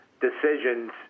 decisions